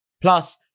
Plus